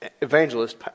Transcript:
evangelist